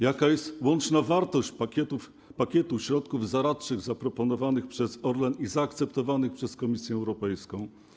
Jaka jest łączna wartość pakietu środków zaradczych zaproponowanych przez Orlen i zaakceptowanych przez Komisję Europejską?